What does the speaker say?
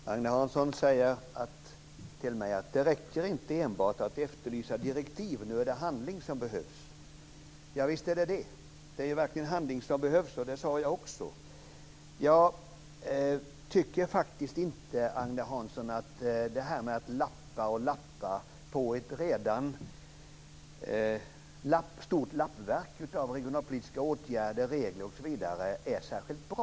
Herr talman! Agne Hansson säger till mig att det inte enbart räcker att efterlysa direktiv. Nu är det handling som behövs. Visst är det så att handling behövs. Det sade jag också. Agne Hansson! Jag tycker faktiskt inte att detta med att man lappar på ett redan stort lappverk av regionalpolitiska åtgärder, regler osv. är särskilt bra.